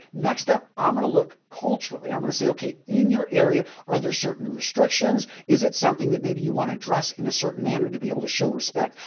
next up, i'm going to look culturally. i'm going to say, okay, in your area, are there certain restrictions? is it something that maybe you want to dress in a certain manner to be able to show respect?